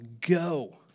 go